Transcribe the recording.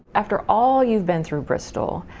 after all you've been through bristol,